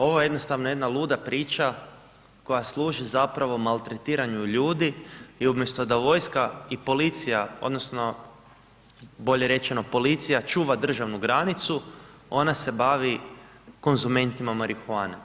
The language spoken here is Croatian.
Ovo je jednostavno jedna luda priča koja služi zapravo maltretiranju ljudi i umjesto da vojska i policija odnosno bolje rečeno policija čuva državnu granicu ona se bavi konzumentima marihuane.